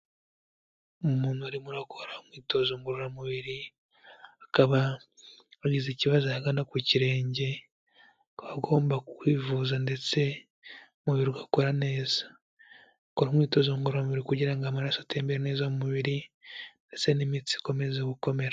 Umuntu arimo arakora umwitozo ngororamubiri, akaba yagize ikibazo ahagana ku kirenge, akaba agomba kwivuza ndetse umubiri ugakora neza. Akora umwitozo ngororamubiri kugira ngo amaraso atembere neza umubiri, ndetse n'imitsi ikomeze gukomera.